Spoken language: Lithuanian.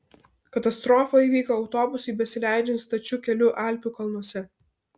katastrofa įvyko autobusui besileidžiant stačiu keliu alpių kalnuose